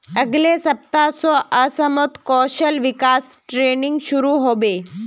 अगले सप्ताह स असमत कौशल विकास ट्रेनिंग शुरू ह बे